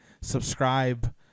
subscribe